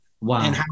Wow